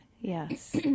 Yes